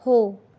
हो